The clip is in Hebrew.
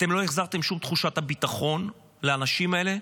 אתם לא החזרתם שום תחושת ביטחון לאנשים האלה,